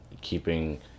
keeping